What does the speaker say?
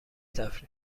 تفریح